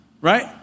right